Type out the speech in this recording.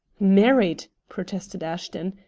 married! protested ashton.